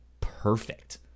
perfect